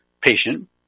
patient